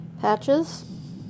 Patches